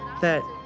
that